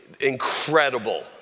incredible